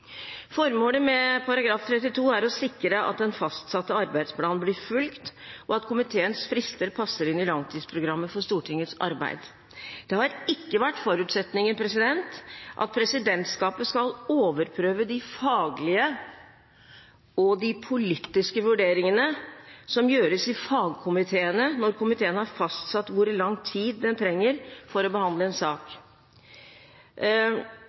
Formålet med § 32 er å sikre at den fastsatte arbeidsplanen blir fulgt, og at komiteens frister passer inn i langtidsprogrammet for Stortingets arbeid. Det har ikke vært forutsetningen at presidentskapet skal overprøve de faglige og politiske vurderingene som gjøres i fagkomiteene, når komiteen har fastsatt hvor lang tid den trenger for å behandle en sak.